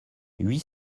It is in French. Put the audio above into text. huit